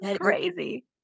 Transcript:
Crazy